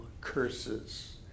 curses